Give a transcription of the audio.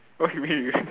what you mean